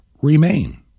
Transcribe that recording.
remain